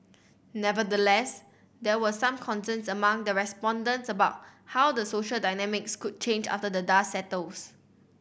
nevertheless there were some concerns among the respondents about how the social dynamics could change after the dust settles